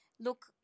Look